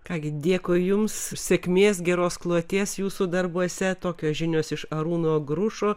ką gi dėkui jums sėkmės geros kloties jūsų darbuose tokios žinios iš arūno grušo